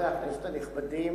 חברי הכנסת הנכבדים,